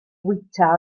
fwyta